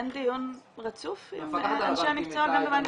אין דיון רצוף עם אנשי המקצוע?